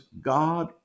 God